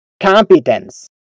competence